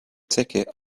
ticket